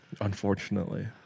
Unfortunately